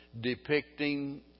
depicting